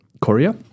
Korea